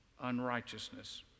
unrighteousness